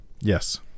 Yes